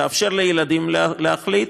תאפשר לילדים להחליט,